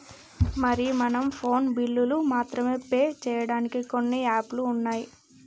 మరి మనం ఫోన్ బిల్లులు మాత్రమే పే చేయడానికి కొన్ని యాప్లు ఉన్నాయి